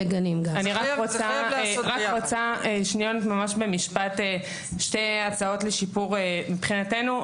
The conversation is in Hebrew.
אני רק רוצה לתת שתי הצעות אפשריות לשיפור המצב מבחינתנו.